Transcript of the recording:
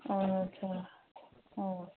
ꯑꯠꯁꯥ ꯑꯣ